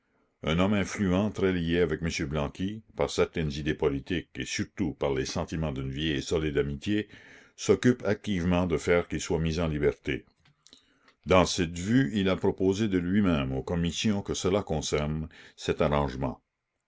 un homme influent très lié avec m blanqui par certaines idées politiques et surtout par les sentiments d'une vieille et solide amitié s'occupe activement de faire qu'il soit mis en liberté dans cette vue il a proposé de lui-même aux commissions que cela concerne cet arrangement